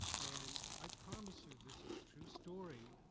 and, i promise you, this is a true story.